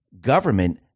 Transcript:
government